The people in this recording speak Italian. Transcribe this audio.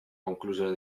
conclusione